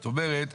זאת אומרת,